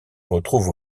retrouvent